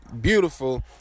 beautiful